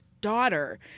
daughter